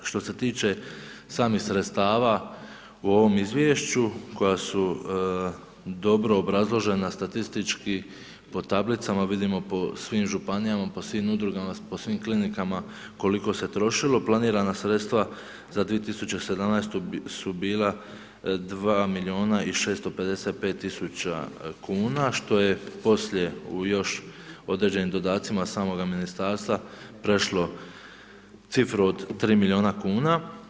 Što se tiče samih sredstava u ovom izvješću koja su dobro obrazložena statistički po tablicama, vidimo po svim županijama, po svim udrugama, po svim klinikama koliko se trošilo, planirana sredstva za 2017. su bila 2 milijuna i 655 000 kuna što je poslije u još određenim dodacima samoga ministarstva prešlo cifru od 3 milijuna kuna.